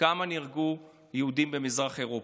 כמה יהודים נהרגו במזרח אירופה.